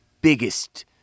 biggest